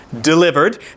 delivered